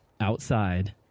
outside